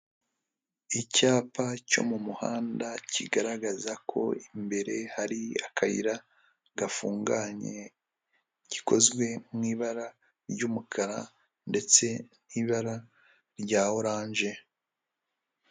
Icyapa cyo mu muhanda kigaragaza ko imbere hari akayira gafunganye, gikozwe mu ibara ry'umukara ndetse n'ibara rya oranje.